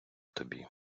тобі